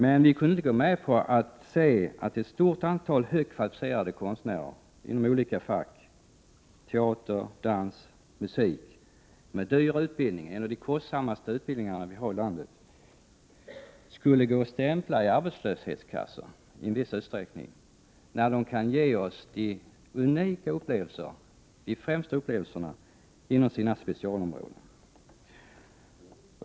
Men vi kan inte gå med på att se att ett stort antal högt kvalificerade konstnärer inom olika fack — teater, dans, musik — med en utbildning som är en av de kostsammaste som vi har i landet i viss utsträckning skulle gå och stämpla i arbetslöshetskassorna, när de kan ge oss unika upplevelser, ja, de främsta upplevelserna inom sina speciella områden.